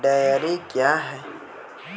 Dairy क्या हैं?